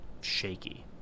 shaky